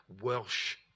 Welsh